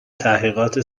تحقیقات